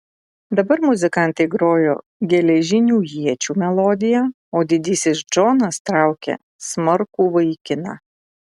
dabar muzikantai grojo geležinių iečių melodiją o didysis džonas traukė smarkų vaikiną